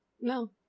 no